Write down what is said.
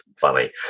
funny